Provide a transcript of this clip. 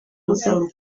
mugabo